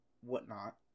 whatnot